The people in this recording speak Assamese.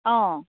অঁ